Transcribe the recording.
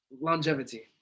Longevity